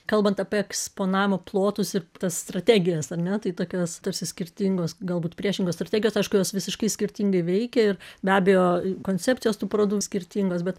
kalbant apie eksponavimo plotus ir tas strategijas ar ne tai tokios tarsi skirtingos galbūt priešingos strategijos aišku jos visiškai skirtingai veikia ir be abejo koncepcijos tų parodų skirtingos bet